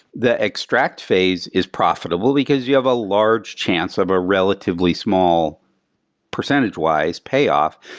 the extract phase is profitable, because you have a large chance of a relatively small percentage-wise, payoff.